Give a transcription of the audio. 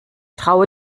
traue